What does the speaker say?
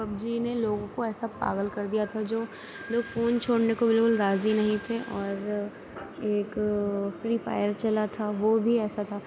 PUBG نے لوگوں کو ایسا پاگل کر دیا تھا جو لوگ فون چھوڑنے کو بالکل راضی نہیں تھے اور ایک فری فائر چلا تھا وہ بھی ایسا تھا